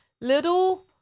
Little